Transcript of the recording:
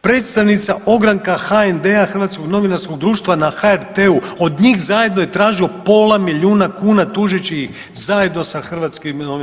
predstavnica ogranka HND-a Hrvatskog novinarskog društva na HRT-u od njih zajedno je tražio pola milijuna kuna tužeći ih zajedno sa HND-om.